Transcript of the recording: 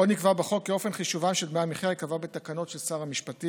עוד נקבע בחוק כי אופן חישובם של דמי המחיה ייקבע בתקנות של שר המשפטים,